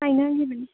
ꯍꯥꯏꯅꯒꯤꯕꯅꯤ